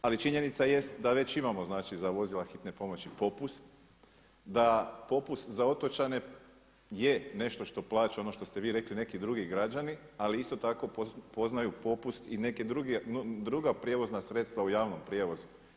Ali činjenica jest da već imamo za vozila hitne pomoći popust, da popust za otočane je nešto što plaća ono što ste vi rekli neki drugi građani, ali isto tako poznaju popust i neka druga prijevozna sredstva u javnom prijevozu.